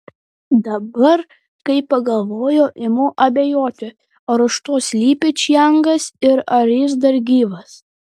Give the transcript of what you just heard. dabar kai pagalvoju imu abejoti ar už to slypi čiangas ir ar jis dar gyvas